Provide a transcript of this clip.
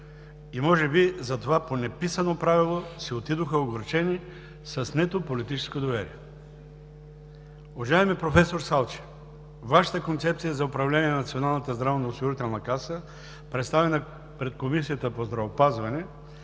Може би затова по неписано правило си отидоха огорчени със снето политическо доверие. Уважаеми професор Салчев, Вашата концепция за управление на Националната здравноосигурителна каса, представена пред Комисията по здравеопазване,